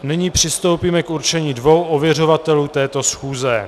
Nyní přistoupíme k určení dvou ověřovatelů této schůze.